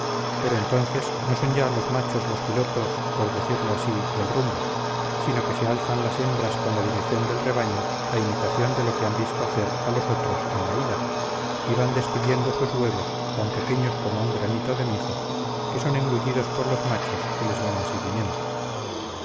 pero entonces no son ya los machos los pilotos por decirlo así del rumbo sino que se alzan las hembras con la dirección del rebaño a imitación de lo que han visto hacer a los otros en la ida y van despidiendo sus huevos tan pequeños como un granito de mijo que son engullidos por los machos que les van en seguimiento